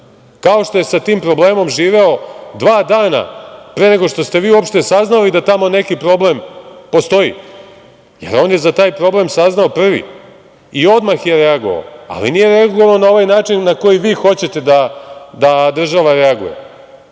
kao što je sa tim problemom živeo dva dana pre nego što ste vi uopšte saznali da tamo neki problem postoji, jer on je za taj problem saznao prvi i odmah je reagovao, ali nije reagovao na ovaj način na koji vi hoćete da država reaguje,